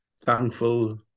thankful